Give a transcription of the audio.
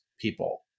people